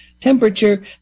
temperature